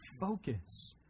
focus